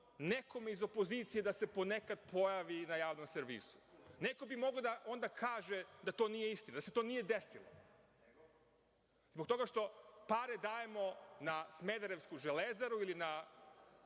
nekome iz opozicije da se ponekad pojavi na javnom servisu, neko bi mogao da onda kaže da to nije istina, da se to nije desilo zbog toga što pare dajemo na smederevsku „Železaru“ ili na